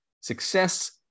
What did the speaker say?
success